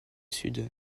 sud